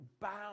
bound